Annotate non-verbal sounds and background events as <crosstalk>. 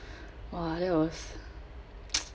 !wah! that was <noise>